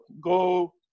Go